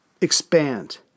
expand